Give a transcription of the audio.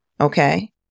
okay